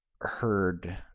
heard